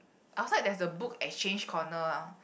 outside there's a book exchange corner